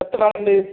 എത്ര ആളുണ്ട്